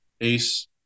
ace